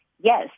yes